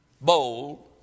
bold